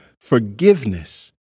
forgiveness